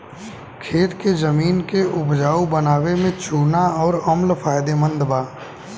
खेत के जमीन के उपजाऊ बनावे में चूना अउर अम्ल फायदेमंद बा